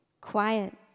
quiet